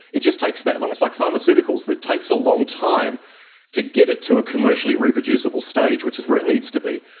it just takes that long. it's like pharmaceuticals, it takes a long time to get it to a commercially reproducible stage, which is where it needs to be.